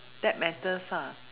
that matters ah